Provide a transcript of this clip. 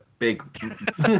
Big